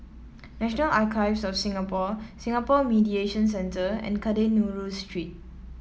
National Archives of Singapore Singapore Mediation Centre and Kadayanallur Street